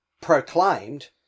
proclaimed